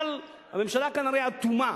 אבל הממשלה כנראה אטומה